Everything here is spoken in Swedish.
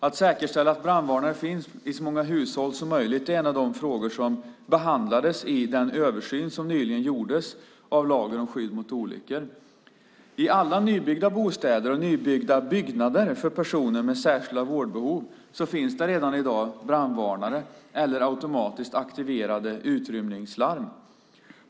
Att säkerställa att brandvarnare finns i så många hushåll som möjligt är en av de frågor som behandlades i den översyn som nyligen gjordes av lagen om skydd mot olyckor. I alla nybyggda bostäder och nybyggda byggnader för personer med särskilda vårdbehov finns det redan i dag brandvarnare eller automatiskt aktiverade utrymningslarm.